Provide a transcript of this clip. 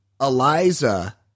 Eliza